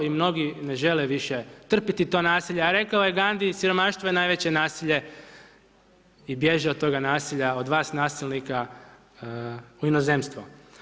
I mnogi ne žele više trpjeti to nasilje, a rekao je Gangi, siromaštvo je najveće nasilje i bježi od toga nasilja, od vas nasilnika u inozemstvo.